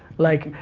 like,